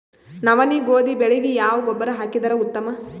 ನವನಿ, ಗೋಧಿ ಬೆಳಿಗ ಯಾವ ಗೊಬ್ಬರ ಹಾಕಿದರ ಉತ್ತಮ?